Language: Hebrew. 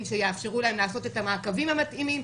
שיאפשרו להם לעשות את המעקבים המתאימים,